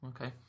Okay